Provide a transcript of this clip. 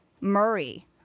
Murray